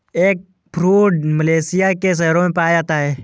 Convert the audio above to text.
eggfruit Malaysia के शहरों में पाया जाता है